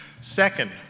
Second